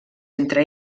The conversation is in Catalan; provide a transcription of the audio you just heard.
entre